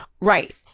Right